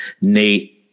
Nate